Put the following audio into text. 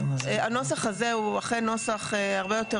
הנוסח הזה הוא אכן נוסח הרבה יותר